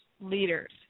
leaders